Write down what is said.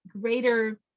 greater